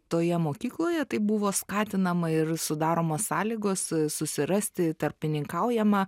toje mokykloje tai buvo skatinama ir sudaromos sąlygos susirasti tarpininkaujama